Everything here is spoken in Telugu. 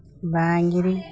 బ్యాంగ్రీ